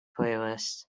playlist